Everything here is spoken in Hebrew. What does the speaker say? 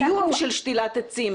החיוב של שתילת עצים,